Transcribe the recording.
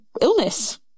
illness